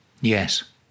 Yes